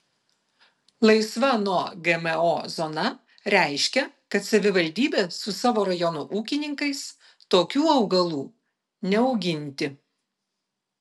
laisva nuo gmo zona reiškia kad savivaldybė su savo rajono ūkininkais tokių augalų neauginti